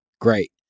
Great